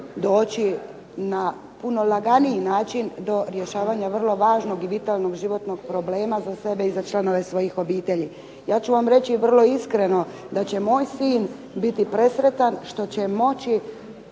doći na puno laganiji način do rješavanja vrlo važnog i vitalnog životnog problema za sebe i za članove svojih obitelji. Ja ću vam reći vrlo iskreno da će moj sin biti presretan što će moći